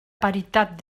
paritat